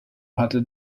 hatte